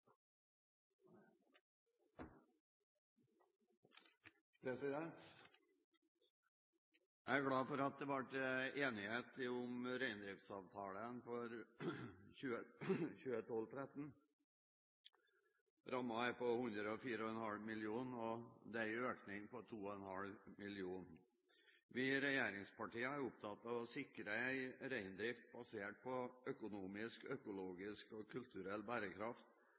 Jeg er glad for at det ble enighet om reindriftsavtalen for 2012–2013. Rammen er på 104,5 mill. kr, og det er en økning på 2,5 mill. kr. Vi i regjeringspartiene er opptatt av å sikre en reindrift basert på økonomisk, økologisk og kulturell bærekraft.